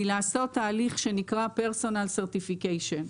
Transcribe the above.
מלעשות תהליך שנקרא personal certification,